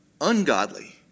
ungodly